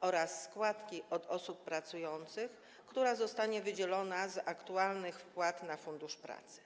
oraz składki od osób pracujących, która zostanie wydzielona z aktualnych wpłat na Fundusz Pracy.